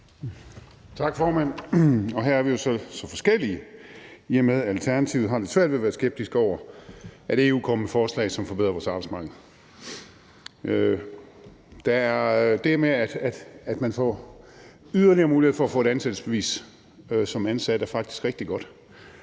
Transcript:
Tak, formand. Her er vi jo så forskellige, i og med at Alternativet har lidt svært ved at være skeptiske over, at EU kommer med forslag, som forbedrer vores arbejdsmarked. Det med, at man som ansat får yderligere mulighed for at få et ansættelsesbevis, er faktisk rigtig godt.